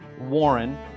Warren